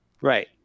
Right